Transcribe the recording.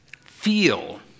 feel